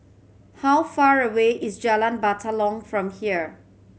how far away is Jalan Batalong from here